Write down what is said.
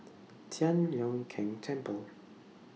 Tian Leong Keng Temple